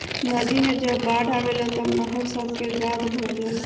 नदी मे जब बाढ़ आवेला तब नहर सभ मे गाद भर जाला